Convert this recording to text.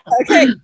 Okay